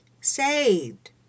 saved